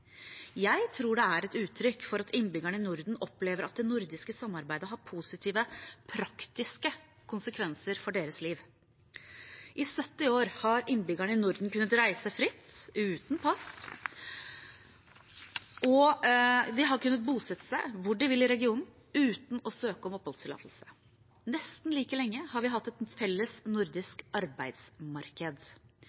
Jeg tror det er et uttrykk for at innbyggerne i Norden opplever at det nordiske samarbeidet har positive, praktiske konsekvenser for sine liv. I 70 år har innbyggerne i Norden kunnet reise fritt uten pass og bosette seg hvor de vil i regionen uten å søke om oppholdstillatelse. Nesten like lenge har vi hatt et felles